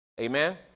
Amen